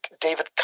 david